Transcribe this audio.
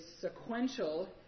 sequential